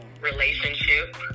relationship